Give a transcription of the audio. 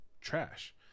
trash